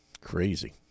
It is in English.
Crazy